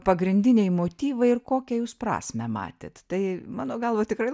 pagrindiniai motyvai ir kokią jūs prasmę matėt tai mano galva tikrai